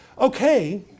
Okay